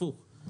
אבל להיפך.